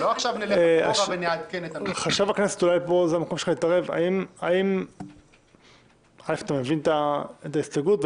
חשב הכנסת, האם אתה מבין את ההסתייגות?